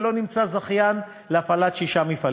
ולא נמצא זכיין להפעלת שישה מפעלים.